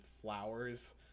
flowers